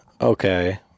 Okay